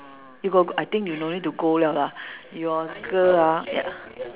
you got I think you no need to go liao lah your girl ah